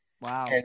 Wow